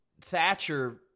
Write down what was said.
Thatcher